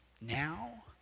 Now